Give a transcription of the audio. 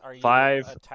Five